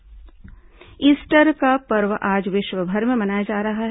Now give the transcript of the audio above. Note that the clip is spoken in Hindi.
ईस्टर ईस्टर का पर्व आज विश्वभर में मनाया जा रहा है